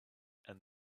and